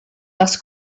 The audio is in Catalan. les